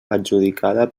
adjudicada